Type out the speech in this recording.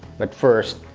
but first,